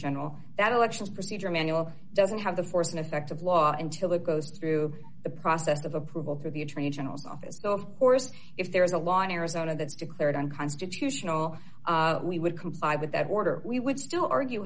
general that elections procedure manual doesn't have the force in effect of law until it goes through the process of approval through the attorney general's office go if there is a law in arizona that's declared unconstitutional we would comply with that order we would still argue